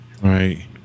Right